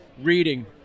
reading